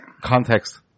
Context